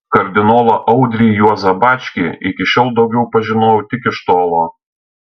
kardinolą audrį juozą bačkį iki šiol daugiau pažinojau tik iš tolo